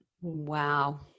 wow